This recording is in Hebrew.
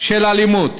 אלימות